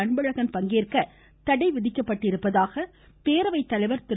அன்பழகன் பங்கேற்க விதிக்கப்பட்டுள்ளதாக பேரவை தலைவர் திரு